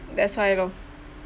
that's why lor